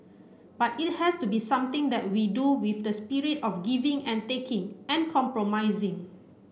but it has to be something that we do with the spirit of giving and taking and compromising